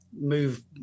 move